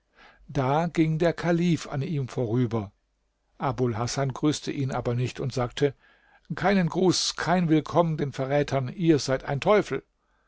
da ging der kalif an ihm vorüber abul hasan grüßte ihn aber nicht und sagte keinen gruß keinen willkomm den verrätern ihr seid ein teufel